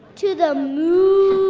to the moon